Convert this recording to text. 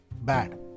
bad